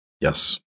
Yes